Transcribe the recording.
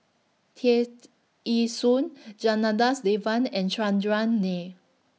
Tear Ee Soon Janadas Devan and Chandran Nair